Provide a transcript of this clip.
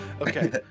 Okay